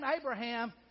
Abraham